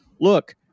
look